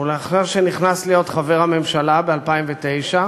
ולאחר שנכנס כחבר ממשלה, ב-2009,